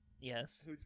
Yes